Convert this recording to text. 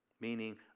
Meaning